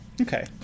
Okay